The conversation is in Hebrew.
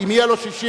אם יהיה לו 61,